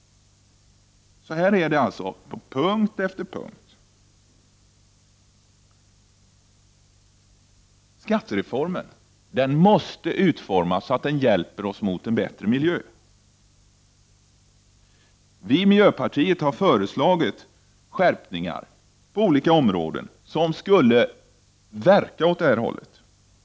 Så här är det på punkt efter punkt. En skattereform måste utformas så att den hjälper oss till en bättre miljö. Miljöpartiet har föreslagit skärpningar på olika områden som skulle verka åt det hållet.